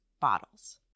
bottles